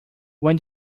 when